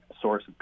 source